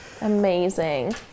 amazing